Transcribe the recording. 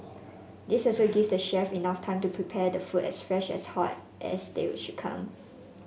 this also give the chef enough time to prepare the food as fresh and hot as they will should come